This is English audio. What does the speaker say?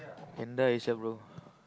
can die sia bro